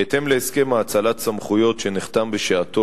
בהתאם להסכם האצלת סמכויות שנחתם בשעתו